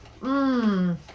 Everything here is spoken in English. Mmm